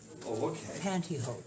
pantyhose